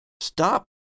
Stop